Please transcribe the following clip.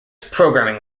programming